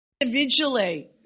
Individually